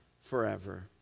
forever